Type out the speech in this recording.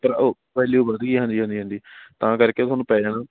value ਵੱਧ ਗਈ ਹਾਂਜੀ ਹਾਂਜੀ ਹਾਂਜੀ ਤਾਂ ਕਰਕੇ ਉਹ ਤੁਹਾਨੂੰ ਪੈ ਜਾਣਾ